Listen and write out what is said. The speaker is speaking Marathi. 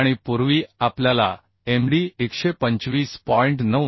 आणि पूर्वी आपल्याला MD125